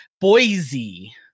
Boise